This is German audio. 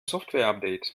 softwareupdate